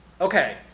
Okay